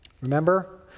Remember